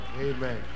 amen